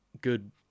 good